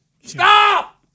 Stop